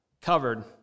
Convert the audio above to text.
Covered